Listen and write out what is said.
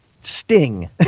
sting